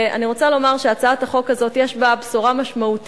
אני רוצה לומר שהצעת החוק הזאת יש בה בשורה משמעותית